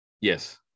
Yes